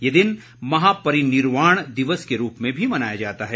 ये दिन महा परिनिर्वाण दिवस के रूप में भी मनाया जाता है